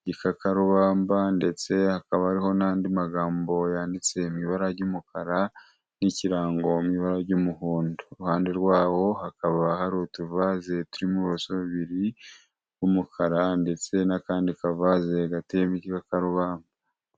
igikakarubamba ndetse hakaba ariho n'andi magambo yanditse mu ibara ry'umukara, n'ikirango ry'umuhondo, ku ruhande rwawo hakaba, hari utuvasi turimorosobiri bw'umukara ndetse n'akandi kavase hagati y'imijyi wa karubamba.